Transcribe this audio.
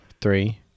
three